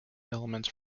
elements